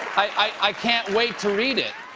i can't wait to read it.